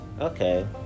Okay